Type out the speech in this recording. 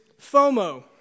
FOMO